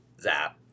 zap